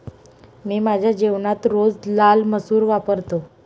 मी माझ्या जेवणात रोज लाल मसूर वापरतो